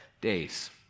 days